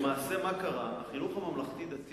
למעשה, מה שקרה הוא שבחינוך הממלכתי-דתי,